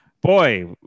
Boy